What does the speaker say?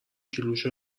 کیلوشه